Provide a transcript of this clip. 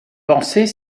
penser